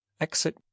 exit